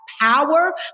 power